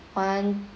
one